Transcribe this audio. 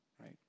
right